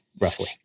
roughly